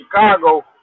Chicago